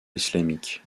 islamique